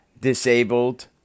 disabled